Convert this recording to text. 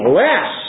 less